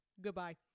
Goodbye